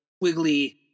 wiggly